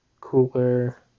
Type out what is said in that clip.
cooler